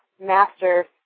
master